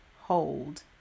hold